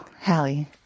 Hallie